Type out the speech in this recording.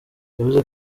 yavuze